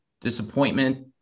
disappointment